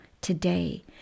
today